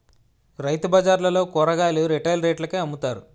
రైతుబజార్లలో కూరగాయలు రిటైల్ రేట్లకే అమ్ముతారు